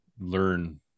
learn